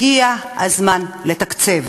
הגיע הזמן לתקצב.